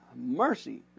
Mercy